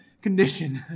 condition